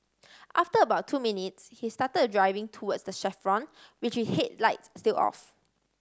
after about two minutes he started driving towards the chevron with his headlights still off